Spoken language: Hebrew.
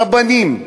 רבנים,